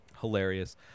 Hilarious